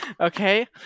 Okay